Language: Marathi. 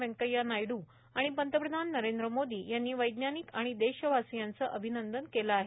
वेकव्या नायडू पंतप्रषान नरेंद्र मोदी यांनी वैज्ञानिक आणि देशवासियांचं अभिनंदन केलं आहे